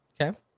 Okay